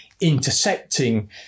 intersecting